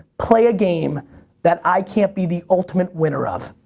play a game that i can't be the ultimate winner of.